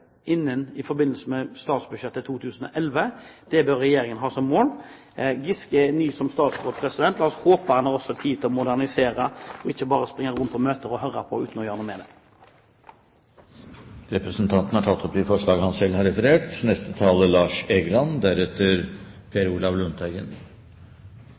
i forbindelse med statsbudsjettet i 2011. Det bør Regjeringen ha som mål. Giske er ny som statsråd. La oss håpe at han også har tid til å modernisere, og ikke bare springer rundt på møter å hører på, uten å gjøre noe med det. Representanten Arve Kambe har tatt opp det forslaget han